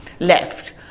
left